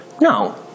no